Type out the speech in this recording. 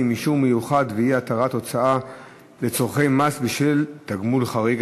(אישור מיוחד ואי-התרת הוצאה לצורכי מס בשל תגמול חריג),